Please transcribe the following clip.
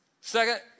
Second